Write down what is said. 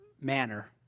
manner